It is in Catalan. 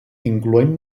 incloent